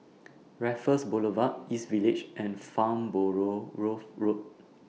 Raffles Boulevard East Village and Farnborough Road